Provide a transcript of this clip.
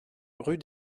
rue